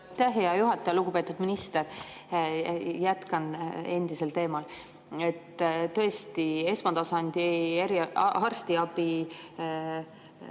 hea juhataja! Lugupeetud minister! Jätkan endisel teemal. Tõesti, esmatasandi arstiabi